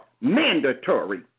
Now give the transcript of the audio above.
mandatory